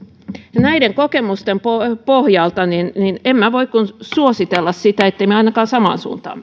näiden kokemusten pohjalta pohjalta en voi kuin suositella sitä ettemme ainakaan samaan suuntaan